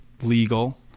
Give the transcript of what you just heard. legal